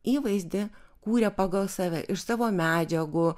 įvaizdį kūrė pagal save iš savo medžiagų